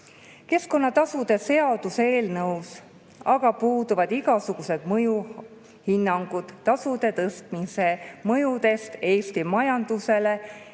Keskkonnatasude seaduse eelnõus aga puuduvad igasugused mõjuhinnangud tasude tõstmise mõjust Eesti majandusele